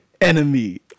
enemy